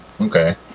Okay